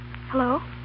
Hello